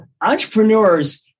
Entrepreneurs